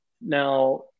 now